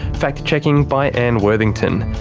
fact checking by anne worthington.